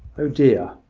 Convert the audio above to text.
oh dear,